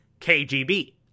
KGB